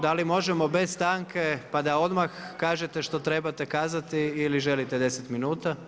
Da li možemo bez stanke pa da odmah kažete što trebate kazati ili želite 10 minuta?